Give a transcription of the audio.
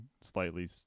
slightly